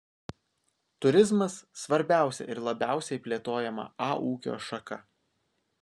turizmas svarbiausia ir labiausiai plėtojama a ūkio šaka